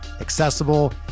accessible